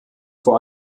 vor